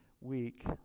Week